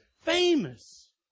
famous